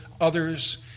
others